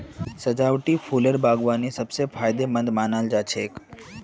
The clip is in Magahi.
सजावटी फूलेर बागवानी सब स फायदेमंद मानाल जा छेक